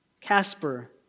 Casper